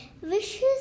wishes